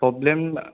problem